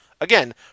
again